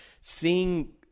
seeing